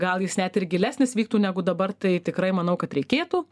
gal jis net ir gilesnis vyktų negu dabar tai tikrai manau kad reikėtų